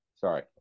Sorry